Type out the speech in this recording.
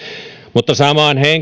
mutta samaan